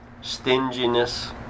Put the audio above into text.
stinginess